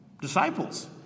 Disciples